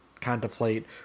contemplate